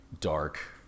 dark